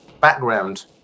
background